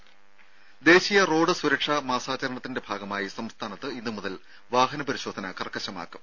രുര ദേശീയ റോഡ് സുരക്ഷാ മാസാചരണത്തിന്റെ ഭാഗമായി സംസ്ഥാനത്ത് ഇന്നുമുതൽ വാഹന പരിശോധന കർക്കശമാക്കും